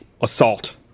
assault